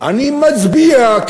אני מצביע,